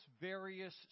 various